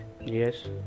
Yes